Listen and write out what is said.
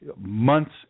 months